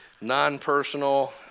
non-personal